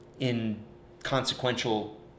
inconsequential